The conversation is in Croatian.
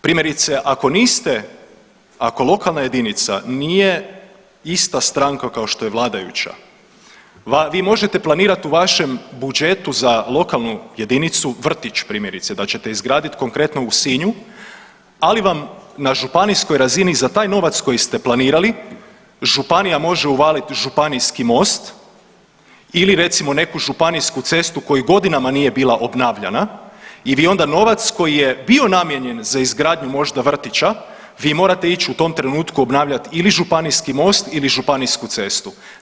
Primjerice, ako niste, ako lokalna jedinica nije ista stranka kao što je vladajuća, vi možete planirat u vašem budžetu za lokalnu jedinicu vrtić primjerice da ćete izgraditi konkretno u Sinju, ali vam na županijskoj razini za taj novac koji ste planirali županija može uvaliti županijski most ili recimo neku županijsku cestu koja godinama nije bila obnavljana i vi onda novac koji je bio namijenjen za izgradnju možda vrtića, vi morate ići u tom trenutku obnavljat ili županijski most ili županijsku cestu.